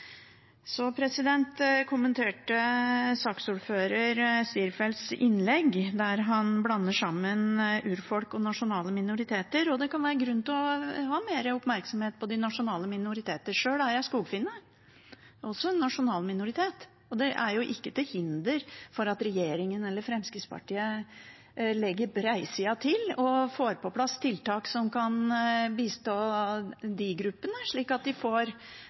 kommenterte representanten Strifeldts innlegg, der han blander sammen urfolk og nasjonale minoriteter. Det kan være grunn til å ha mer oppmerksomhet på de nasjonale minoritetene – selv er jeg skogfinne, og det er også en nasjonal minoritet. Det er ikke noe hinder for at regjeringen eller Fremskrittspartiet legger bredsida til og får på plass tiltak som kan bistå de gruppene, slik at de får